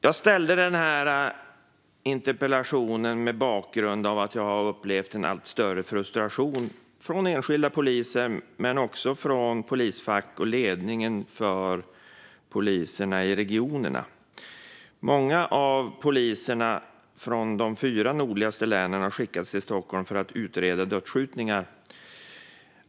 Jag ställde interpellationen mot bakgrund av att jag har upplevt en allt större frustration från enskilda poliser men också från polisfack och ledning för poliserna i regionerna. Många av poliserna från de fyra nordligaste länen har skickats till Stockholm för att utreda dödsskjutningar.